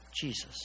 Jesus